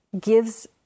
gives